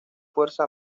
fuerza